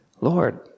Lord